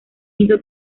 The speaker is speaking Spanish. hizo